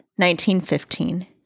1915